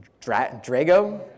Drago